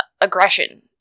aggression